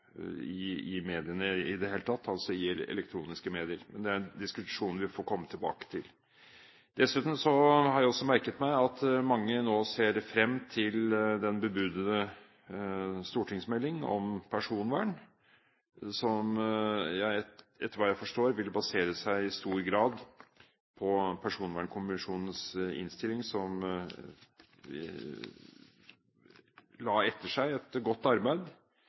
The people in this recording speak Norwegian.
offentliggjøring i mediene i det hele tatt, altså i elektroniske medier. Men det er en diskusjon vi får komme tilbake til. Dessuten har jeg også merket meg at mange nå ser frem til den bebudede stortingsmelding om personvern, som etter hva jeg forstår i stor grad vil basere seg på Personvernkommisjonens innstilling som la etter seg et godt arbeid,